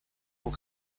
will